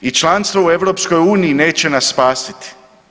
I članstvo u EU neće nas spasiti.